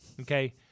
Okay